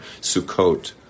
Sukkot